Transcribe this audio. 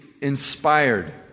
inspired